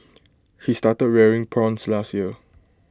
he started rearing prawns last year